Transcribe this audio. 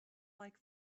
like